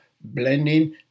blending